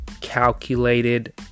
calculated